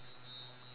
but